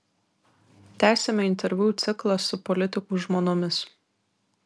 tęsiame interviu ciklą su politikų žmonomis